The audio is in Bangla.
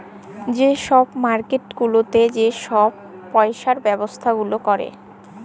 যে ছব মার্কেট গুলাতে যে পইসার ব্যবছা গুলা ক্যরে